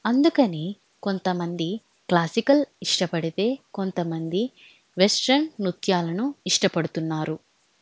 అందుకని కొంతమంది క్లాసికల్ ఇష్టపడితే కొంతమంది వెస్ట్రన్ నృత్యాలను ఇష్టపడుతున్నారు